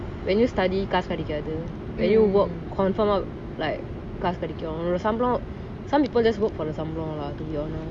when you study காசு கிடைக்காது:kaasu kedaikathu when you work confirm like காசு கிடைக்கும் உன்னோட சம்பளம்:kaasu kedaikum unnoda sambalam some people just work for the சம்பளம்:sambalam lah to be honest